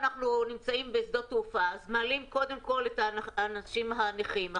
בשדות תעופה מעלים קודם כל את האנשים הנכים,